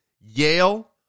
Yale